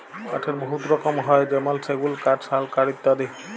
কাঠের বহুত রকম হ্যয় যেমল সেগুল কাঠ, শাল কাঠ ইত্যাদি